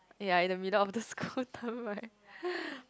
ya in the middle of the school term right